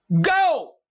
go